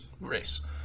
race